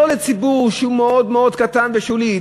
לא לציבור שהוא מאוד מאוד קטן ושולי,